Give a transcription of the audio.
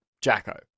Jacko